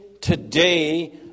today